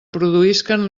produïsquen